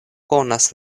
konas